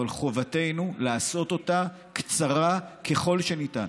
אבל חובתנו לעשות אותה קצרה ככל שניתן.